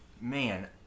Man